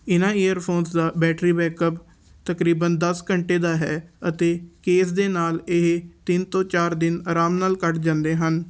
ਇਹਨਾਂ ਏਅਰਫੋਨਸ ਦਾ battery backup ਤਕਰੀਬਨ ਦਸ ਘੰਟੇ ਦਾ ਹੈ ਅਤੇ ਕੇਸ ਦੇ ਨਾਲ ਇਹ ਤਿੰਨ ਤੋਂ ਚਾਰ ਦਿਨ ਆਰਾਮ ਨਾਲ ਕੱਢ ਜਾਂਦੇ ਹਨ